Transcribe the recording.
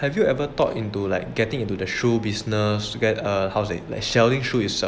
have you ever thought into like getting into the shoe business to get err how to say or selling shoe yourself